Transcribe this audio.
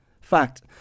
Fact